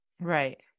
Right